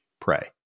pray